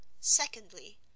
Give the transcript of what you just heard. Secondly